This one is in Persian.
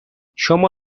شما